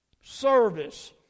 Service